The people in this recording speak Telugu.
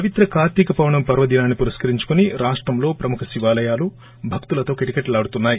పవిత్ర కార్తీక పౌర్ణమి పర్వదినాన్ని పురష్కరించుకొని రాష్టంలో ప్రముఖ శివాలయాలు భక్తులతో కిటకిటలాడుతున్నాయి